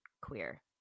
queer